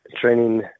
training